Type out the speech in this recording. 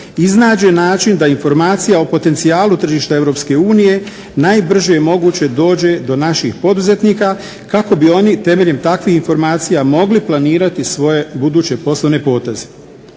iznađe način da informacija o potenciju tržišta EU najbrže moguće dođe do naših poduzetnika kako bi oni temeljem takvih informacija mogli planirati svoje buduće poslovene poteze.